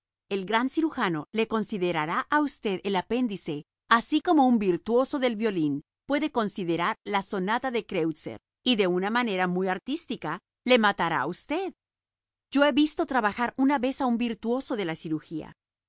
el gran cirujano le considerará a usted el apéndice así como un virtuoso del violín puede considerar la sonata de kreutzer y de una manera muy artística le matará a usted yo he visto trabajar una vez a un virtuoso de la cirugía